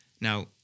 Now